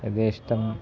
यथेष्टं